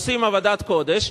עושים עבודת קודש.